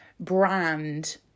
brand